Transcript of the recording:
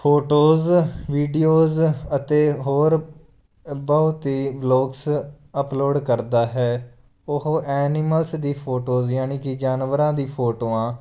photos videos ਅਤੇ ਹੋਰ ਬਹੁਤ ਹੀ ਵਲੋਗਸ ਅਪਲੋਡ ਕਰਦਾ ਹੈ ਉਹ ਐਨੀਮਲਸ ਦੀ ਫੋਟੋ ਯਾਨੀ ਕਿ ਜਾਨਵਰਾਂ ਦੀਆਂ ਫੋਟੋਆਂ